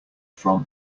from